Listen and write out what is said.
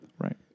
Right